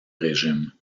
régime